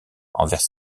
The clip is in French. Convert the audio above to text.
envers